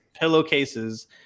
pillowcases